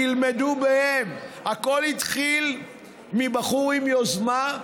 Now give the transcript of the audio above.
תלמדו מהם, הכול התחיל מבחור עם יוזמה,